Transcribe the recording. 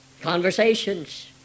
Conversations